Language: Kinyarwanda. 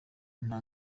nta